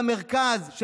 במרכז,